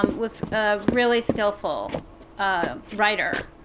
um was a really skillful writer.